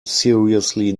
seriously